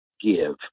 give